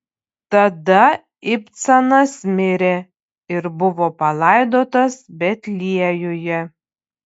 tada ibcanas mirė ir buvo palaidotas betliejuje